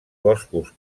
boscos